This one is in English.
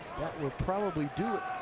that will probably do it.